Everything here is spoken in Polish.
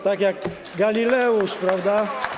Tak jak Galileusz, prawda?